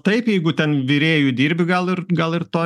taip jeigu ten virėju dirbi gal ir gal ir to